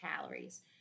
calories